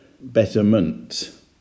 betterment